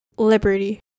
Liberty